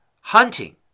Hunting